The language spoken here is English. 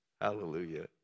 Hallelujah